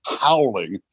howling